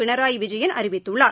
பினராயி விஜயன் அறிவித்துள்ளார்